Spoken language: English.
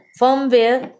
firmware